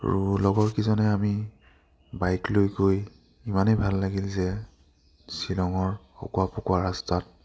আৰু লগৰকেইজনে আমি বাইক লৈ গৈ ইমানেই ভাল লাগিল যে শ্বিলঙৰ অকোৱা পকোৱা ৰাস্তাত